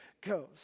goes